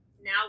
now